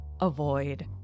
avoid